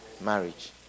marriage